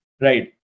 right